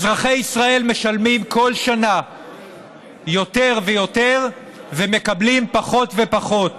אזרחי ישראל משלמים כל שנה יותר ויותר ומקבלים פחות ופחות.